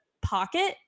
pocket